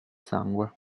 sangue